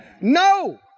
No